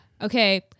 Okay